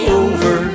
over